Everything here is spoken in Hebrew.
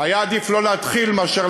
היה עדיף לא להתחיל מאשר